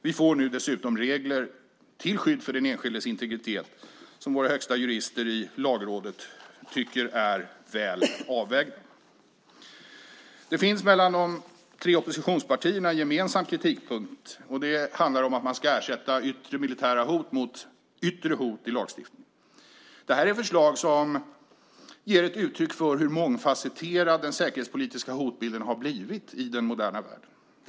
Vi får nu dessutom regler till skydd för den enskildes integritet som våra högsta jurister i Lagrådet tycker är väl avvägda. Det finns mellan de tre oppositionspartierna en gemensam kritikpunkt. Det handlar om att man ska ersätta "yttre militära hot" med "yttre hot" i lagstiftningen. Detta är ett förslag som ger uttryck för hur mångfasetterad den säkerhetspolitiska hotbilden har blivit i den moderna världen.